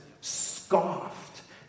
scoffed